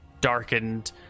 darkened